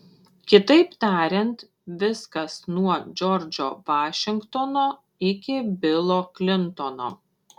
kitaip tariant viskas nuo džordžo vašingtono iki bilo klintono